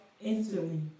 instantly